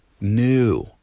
new